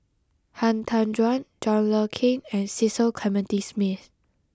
Han Tan Juan John Le Cain and Cecil Clementi Smith